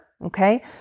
Okay